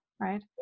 Right